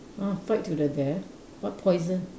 ah fight to death what poison